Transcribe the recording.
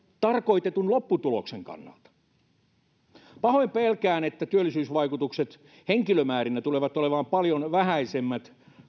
tarkoitetun lopputuloksen kannalta niin pahoin pelkään että työllisyysvaikutukset henkilömäärinä tulevat olemaan paljon vähäisemmät